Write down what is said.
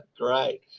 great